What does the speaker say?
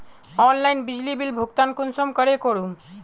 Online बिजली bill भुगतान कुंसम करे करूम?